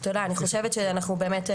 תודה, אני חושבת שאנחנו באמת,